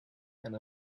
and